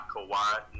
Kawhi